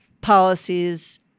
policies